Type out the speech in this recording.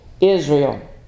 Israel